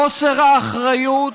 חוסר האחריות